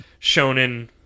shonen